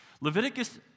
Leviticus